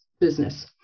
business